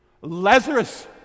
Lazarus